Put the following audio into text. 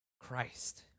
Christ